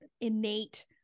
innate